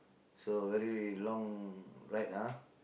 so very long ride ah